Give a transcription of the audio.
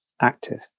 active